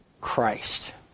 Christ